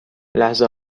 لحظه